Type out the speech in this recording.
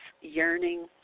yearning